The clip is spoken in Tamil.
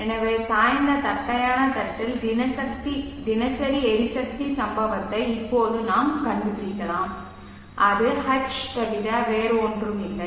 எனவே சாய்ந்த தட்டையான தட்டில் தினசரி எரிசக்தி சம்பவத்தை இப்போது நாம் கண்டுபிடிக்கலாம் அது H தவிர வேறு ஒன்றும் இல்லை